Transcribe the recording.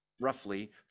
roughly